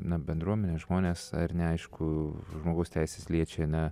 na bendruomenę žmones ar neaišku žmogaus teisės liečia na